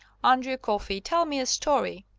andrew coffey, tell me a story.